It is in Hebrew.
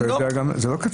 אני לא --- זה לא קצה,